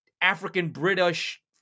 African-British